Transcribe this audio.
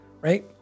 right